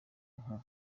nka